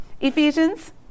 Ephesians